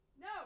no